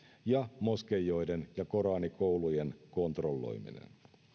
ja moskeijoiden ja koraanikoulujen kontrolloiminen